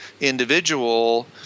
individual